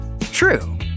True